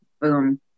boom